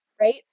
right